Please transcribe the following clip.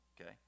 okay